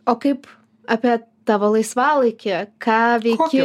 o kaip apie tavo laisvalaikį ką veiki